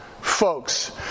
folks